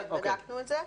בדקנו את זה.